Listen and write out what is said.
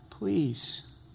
Please